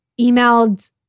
emailed